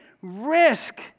risk